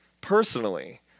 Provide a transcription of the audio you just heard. Personally